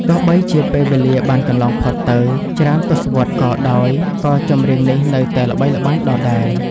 ទោះបីជាពេលវេលាបានកន្លងផុតទៅច្រើនទសវត្សរ៍ក៏ដោយ ក៏ចម្រៀងនេះនៅតែល្បីល្បាញដដែល។